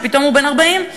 כשפתאום הוא בן 40,